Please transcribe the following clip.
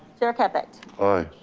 chair caput. aye.